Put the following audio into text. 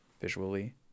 visually